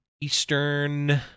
Eastern